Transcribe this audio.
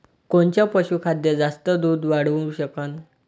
कोनचं पशुखाद्य जास्त दुध वाढवू शकन?